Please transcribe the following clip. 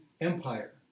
Empire